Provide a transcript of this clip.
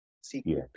secret